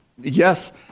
yes